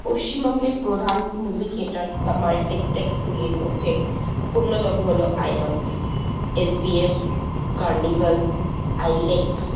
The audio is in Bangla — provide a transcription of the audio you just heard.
পশ্চিমবঙ্গের প্রধান মুভি থিয়েটার বা মাল্টিপ্লেক্সগুলির মধ্যে অন্যতম হল আইনক্স এসভিএফ কার্নিভাল আইলেক্স